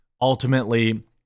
ultimately